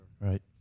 right